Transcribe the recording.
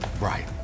right